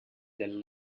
del